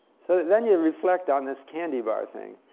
so then you reflect on this candy bar thing.